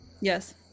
Yes